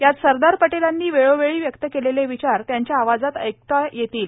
यात सरदार पटेलांनी वेळोवेळी व्यक्त केलेले विचार त्यांच्या आवाजात ऐकू शकाल